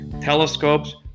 telescopes